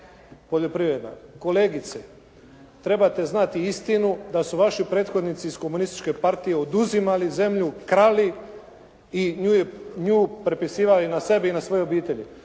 Poljoprivredna. Kolegice, trebate znati istinu da su vaši prethodnici iz komunističke partije oduzimali zemlju, krali i nju prepisivali na sebe i na svoje obitelji.